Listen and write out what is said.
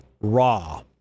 raw